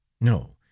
No